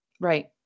Right